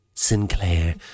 Sinclair